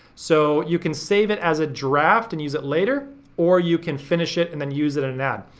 so you can save it as a draft and use it later or you can finish it and then use it in an ad.